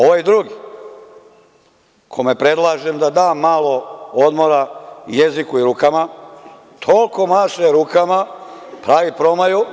Ovaj drugi, kome predlažem da da malo odmora jeziku i rukama, toliko maše rukama, pravi promaju…